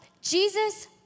Jesus